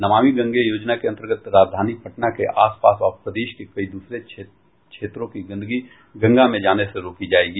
नमामि गंगे योजना के अंतर्गत राजधानी पटना के आस पास और प्रदेश के कई दूसरे क्षेत्रों की गंदगी गंगा में जाने से रोकी जायेगी